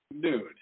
Dude